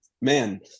man